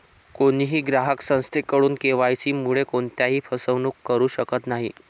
कोणीही ग्राहक संस्थेकडून के.वाय.सी मुळे कोणत्याही फसवणूक करू शकत नाही